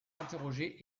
interrogée